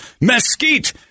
mesquite